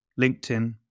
LinkedIn